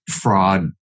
Fraud